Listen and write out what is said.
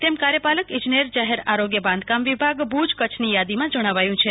તેમ કાર્યપાલક ઇજનેર જાહેર આરોગ્ય બાંધકામ વિભાગ ભુજ કચ્છની યાદીમાં જણાવાયું છે